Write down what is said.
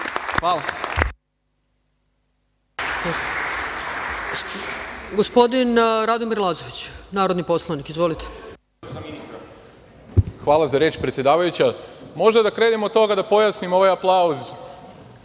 Hvala za reč, predsedavajuća. Možda da krenemo od toga i pojasnimo ovaj aplauz.